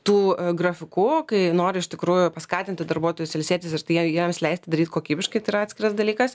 tų grafikų kai nori iš tikrųjų paskatinti darbuotojus ilsėtis ir tai jiems leisti daryti kokybiškai tai yra atskiras dalykas